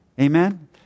Amen